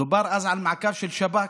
דובר על מעקב של שב"כ,